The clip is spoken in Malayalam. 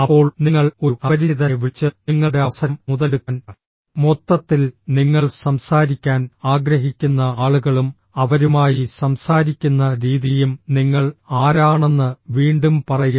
അപ്പോൾ നിങ്ങൾ ഒരു അപരിചിതനെ വിളിച്ച് നിങ്ങളുടെ അവസരം മുതലെടുക്കാൻ മൊത്തത്തിൽ നിങ്ങൾ സംസാരിക്കാൻ ആഗ്രഹിക്കുന്ന ആളുകളും അവരുമായി സംസാരിക്കുന്ന രീതിയും നിങ്ങൾ ആരാണെന്ന് വീണ്ടും പറയും